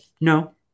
no